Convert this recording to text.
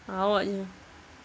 awak jer